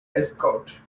escort